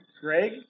Greg